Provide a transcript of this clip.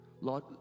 Lord